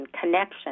connection